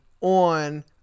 on